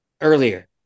earlier